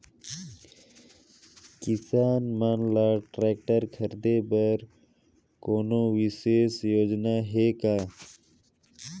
किसान मन ल ट्रैक्टर खरीदे बर कोनो विशेष योजना हे का?